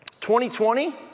2020